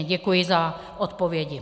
Děkuji za odpovědi.